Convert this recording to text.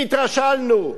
כי התרשלנו,